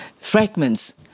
fragments